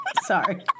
Sorry